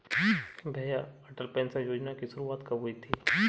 भैया अटल पेंशन योजना की शुरुआत कब हुई थी?